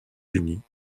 unis